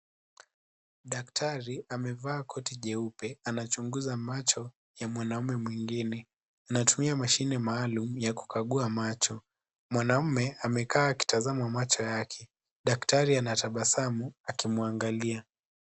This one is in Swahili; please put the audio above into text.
Daktari amevaa koti jeupe. Anachunguza macho ya mwanaume mwingine. Anatumia mashine maalum ya kukagua macho. Mwanaume amekaa akitazamwa macho yake. Daktari anatabasamu akimwangalia.